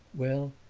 well,